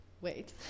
wait